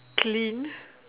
clean